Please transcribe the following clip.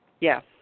Yes